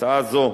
הצעה זו,